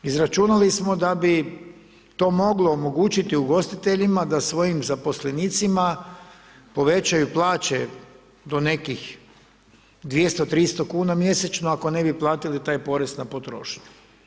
Izračunali smo da bi to moglo omogućiti ugostiteljima da svojim zaposlenicima povećaju plaće do nekih 200, 300 kuna mjesečno ako ne bi platili taj porez na potrošnju.